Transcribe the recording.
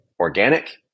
organic